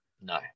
No